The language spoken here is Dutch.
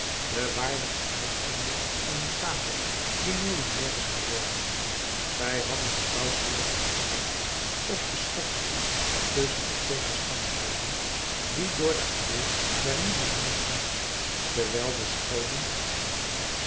de waardige uitvinding van een sater die millionnair is geworden zij hadden stoutmoedig geschommeld op den schopstoel tusschen de twee kastanjeboomen die door den abbé bernis bezongen zijn terwijl de schoonen